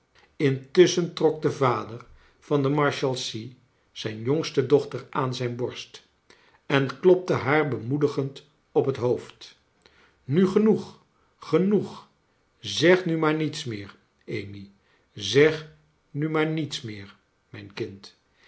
intusschen trok de vader van de marshalsea zijn jongste dochter aan zijn borst en klopte haar bemoedigend op het hoofd nu genoeg genoeg zeg nu maar niets meer amy zeg nu maar niets meer mijn kind